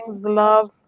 love